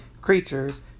creatures